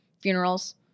funerals